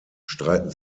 streiten